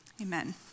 Amen